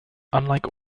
unlike